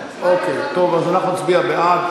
טוב, אז אנחנו נצביע בעד